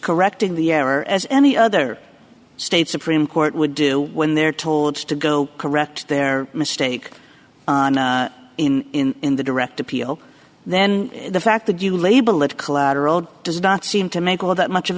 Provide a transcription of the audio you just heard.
correct in the air as any other state supreme court would do when they're told to go correct their mistake in in the direct appeal then the fact that you label it collateral does not seem to make all that much of